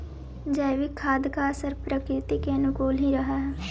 जैविक खाद का असर प्रकृति के अनुकूल ही रहअ हई